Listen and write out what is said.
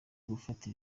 gufata